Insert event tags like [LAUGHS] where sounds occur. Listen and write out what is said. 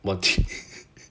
one thing [LAUGHS]